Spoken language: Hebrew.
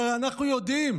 אבל אנחנו יודעים